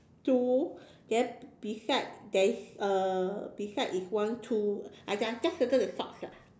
two then beside there is uh beside is one too I I just circle the socks lah